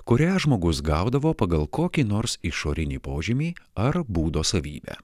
kurią žmogus gaudavo pagal kokį nors išorinį požymį ar būdo savybę